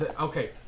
okay